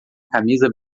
camisa